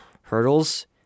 Hurdles